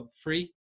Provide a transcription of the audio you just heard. free